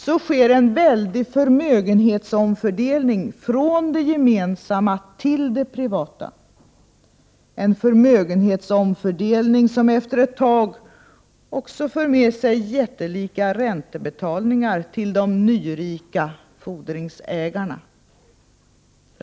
Så sker en väldig förmögenhetsomfördelning från det gemensamma till det privata, en förmögenhetsomfördelning som efter ett tag också för med sig jättelika räntebetalningar till de nyrika fordringsägarna.